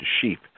sheep